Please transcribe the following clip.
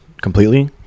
completely